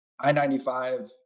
I-95